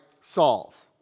Saul's